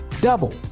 Double